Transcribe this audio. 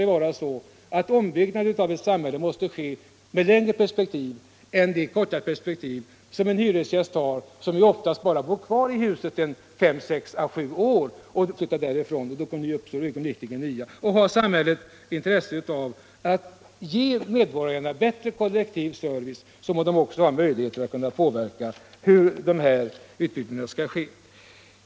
Principiellt måste ombyggnaden av ett samhälle ske med längre perspektiv än den enskilde hyresgästens. Denne bor ofta kvar i bara fem, sex eller sju år, och sedan flyttar det in nya personer. Om samhället har intresse av att ge medborgarna bättre kollektiv service, måste det också ha möjligheter att påverka hur denna ombyggnad skall ske.